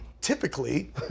Typically